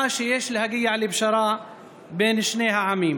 בכך שיש להגיע לפשרה בין שני העמים?